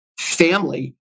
family